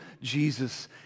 Jesus